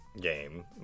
game